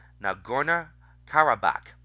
Nagorno-Karabakh